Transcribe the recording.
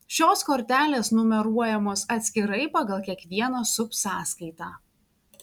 šios kortelės numeruojamos atskirai pagal kiekvieną subsąskaitą